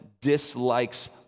dislikes